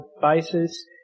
basis